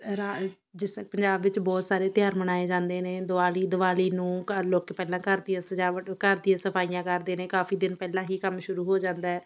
ਰਾ ਜਿਸ ਪੰਜਾਬ ਵਿੱਚ ਬਹੁਤ ਸਾਰੇ ਤਿਉਹਾਰ ਮਨਾਏ ਜਾਂਦੇ ਨੇ ਦੀਵਾਲੀ ਦੀਵਾਲੀ ਨੂੰ ਘਰ ਲੋਕ ਪਹਿਲਾਂ ਘਰ ਦੀਆਂ ਸਜਾਵਟ ਘਰ ਦੀਆਂ ਸਫ਼ਾਈਆਂ ਕਰਦੇ ਨੇ ਕਾਫ਼ੀ ਦਿਨ ਪਹਿਲਾਂ ਹੀ ਕੰਮ ਸ਼ੁਰੂ ਹੋ ਜਾਂਦਾ ਹੈ